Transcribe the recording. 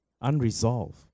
Unresolved